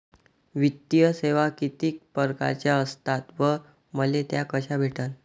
वित्तीय सेवा कितीक परकारच्या असतात व मले त्या कशा भेटन?